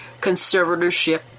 conservatorship